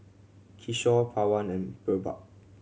Kishore Pawan and Birbal